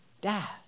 dad